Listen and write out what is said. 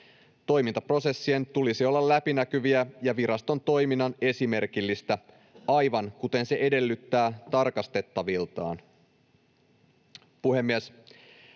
Toimintaprosessien tulisi olla läpinäkyviä ja viraston toiminnan esimerkillistä, aivan kuten se edellyttää tarkastettaviltaan.